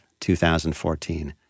2014